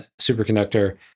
superconductor